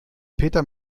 peter